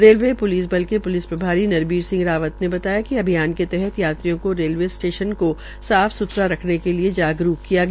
railway police बल के police प्रभारी नरवीर रावत ने बताया कि अभियान के तहत यात्रियों को रेलवे स्टेशन को साफ सुथरा रखने के लिए जागरूक किया गया